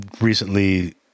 recently